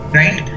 right